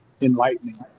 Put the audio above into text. enlightening